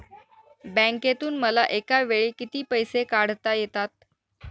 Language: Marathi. बँकेतून मला एकावेळी किती पैसे काढता येतात?